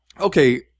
Okay